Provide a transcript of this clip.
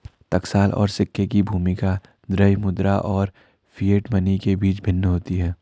टकसाल और सिक्के की भूमिका द्रव्य मुद्रा और फिएट मनी के बीच भिन्न होती है